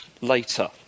later